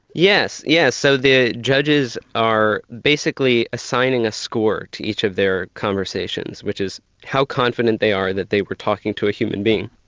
yes. so the judges are basically assigning a score to each of their conversations, which is how confident they are that they were talking to a human being.